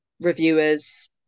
reviewers